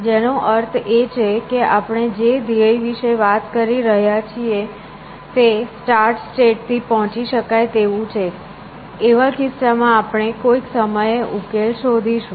જેનો અર્થ એ છે કે આપણે જે ધ્યેય વિશે વાત કરી રહ્યા છીએ તે સ્ટાર્ટ સ્ટેટ થી પહોંચી શકાય તેવું છે એવા કિસ્સામાં આપણે કોઈક સમયે ઉકેલ શોધીશું